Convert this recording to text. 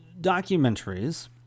documentaries